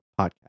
podcast